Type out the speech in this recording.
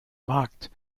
markt